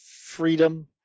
Freedom